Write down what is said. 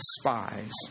spies